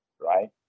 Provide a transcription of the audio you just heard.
right